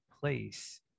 place